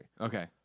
Okay